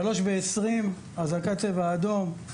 ב-15:20 אזעקת צבע אדום,